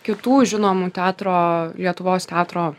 kitų žinomų teatro lietuvos teatro